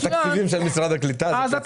התקציבים של משרד הקליטה, זה פצע כואב.